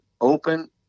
open